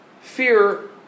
fear